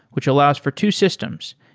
which allows for two systems,